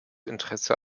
interesse